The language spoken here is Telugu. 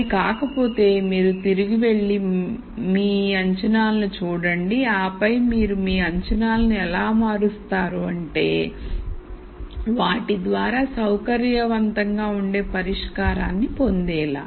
అది కాకపోతే మీరు తిరిగి వెళ్లి మీ మీ అంచనాలను చూడండి ఆపై మీరు మీ అంచనాలను ఎలా మారుస్తారు అంటే వాటి ద్వారా సౌకర్యవంతంగా ఉండే పరిష్కారాన్ని పొందేలా